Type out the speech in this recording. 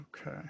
Okay